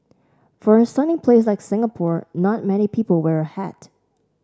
for a sunny place like Singapore not many people wear a hat